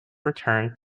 returned